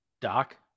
Doc